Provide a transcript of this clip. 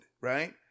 right